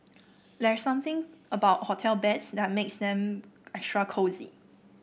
there's something about hotel beds that makes them extra cosy